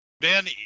Ben